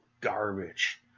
garbage